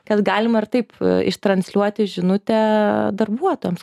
kad galima ir taip ištransliuoti žinutę darbuotojams